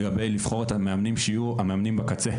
לגבי זה שצריך לבחור את המאמנים שיהיו המאמנים בקצה,